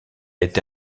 été